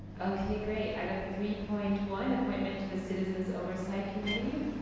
okay great, item three point one, appointment to the citizens oversight committee.